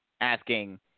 asking